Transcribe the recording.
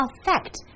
affect